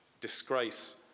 disgrace